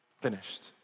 finished